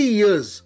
years